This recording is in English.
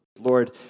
Lord